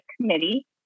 Committee